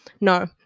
No